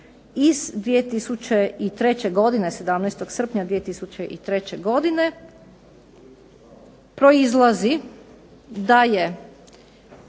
iz 2003. godine, 17. srpnja 2003. godine proizlazi da je